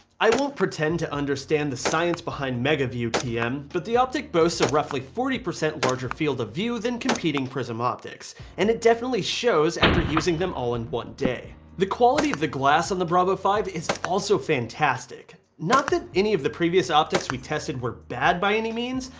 i won't pretend to understand the science behind mega view tm, but the optic boasts of roughly forty percent larger field of view than competing prism optics and it definitely shows after using them all in one day. the quality of the glass on the bravo five is also fantastic. not that any of the previous optics we tested were bad by any means,